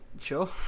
Sure